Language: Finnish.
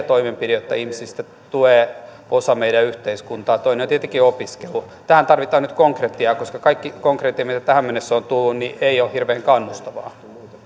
toimenpide jotta ihmisistä tulee osa meidän yhteiskuntaamme toinen on tietenkin opiskelu tähän tarvitaan nyt konkretiaa koska kaikki konkretia mitä tähän mennessä on tullut ei ole hirveän kannustavaa